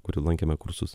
kurių lankėme kursus